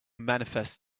manifest